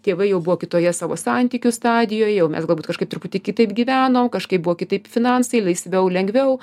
tėvai jau buvo kitoje savo santykių stadijoje jau mes galbūt kažkaip truputį kitaip gyvenom kažkaip buvo kitaip finansai laisviau lengviau